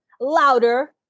louder